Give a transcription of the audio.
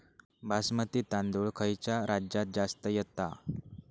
बासमती तांदूळ खयच्या राज्यात जास्त येता?